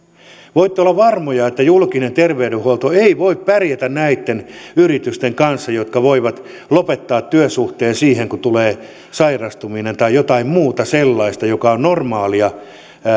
voitte olla varmoja että julkinen terveydenhuolto ei voi pärjätä näitten yritysten kanssa jotka voivat lopettaa työsuhteen siihen kun tulee sairastuminen tai jotain muuta sellaista mikä on normaalia